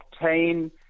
obtain